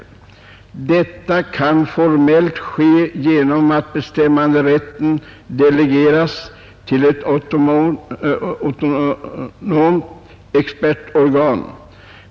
Han fortsätter. ”Detta kan formellt ske genom att bestämmanderätten delegeras till ett autonomt expertorgan.